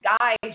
guys